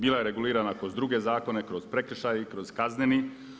Bila je regulirana kroz druge zakone, kroz prekršaj, kroz kazneni.